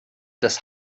des